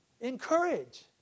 Encourage